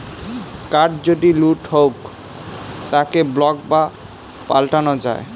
card যদি লুট হউক তাকে ব্লক বা পাল্টানো যাই